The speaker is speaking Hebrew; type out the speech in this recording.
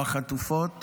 או החטופות